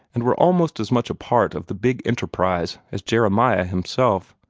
and were almost as much a part of the big enterprise as jeremiah himself.